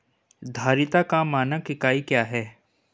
धारिता का मानक इकाई क्या है?